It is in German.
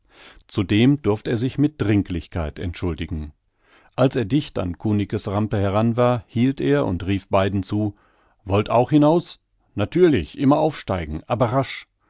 zudem durft er sich mit dringlichkeit entschuldigen als er dicht an kunicke's rampe heran war hielt er und rief beiden zu wollt auch hinaus natürlich immer aufsteigen aber rasch